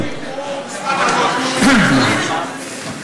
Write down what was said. בשפת הקודש.